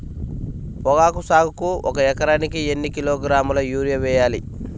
పొగాకు సాగుకు ఒక ఎకరానికి ఎన్ని కిలోగ్రాముల యూరియా వేయాలి?